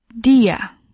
Dia